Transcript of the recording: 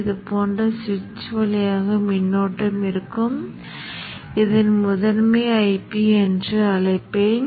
இப்போது சுவிட்ச் மின்னோட்டத்தை இங்கே பார்க்க விரும்புகிறேன்